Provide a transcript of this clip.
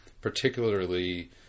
particularly